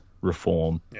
reform